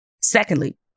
Secondly